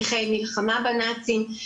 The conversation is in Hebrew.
נכי מלחמה בנאצים,